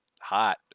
hot